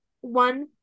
one